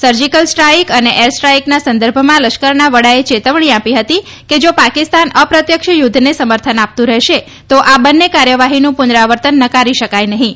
surgical strike અને એરસ્ટ્રાઈકના સંદર્ભમાં લશ્કરના વડાએ ચેતવણી આપી હતી કે જા પાકિસ્તાન અપ્રત્યક્ષ યુદ્ધને સમર્થન આપતું રહેશે તો આ બંને કાર્યવાહીનું પુનરાવર્તન નકારી શકાય નહીં